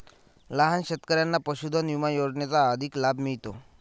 लहान शेतकऱ्यांना पशुधन विमा योजनेचा अधिक लाभ मिळतो